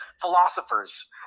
philosophers